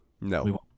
No